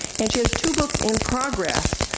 and she has two books in progress,